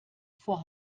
vor